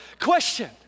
question